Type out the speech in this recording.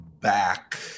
back